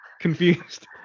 confused